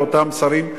לאותם שרים,